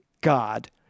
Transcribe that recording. God